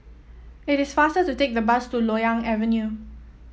it is faster to take the bus to Loyang Avenue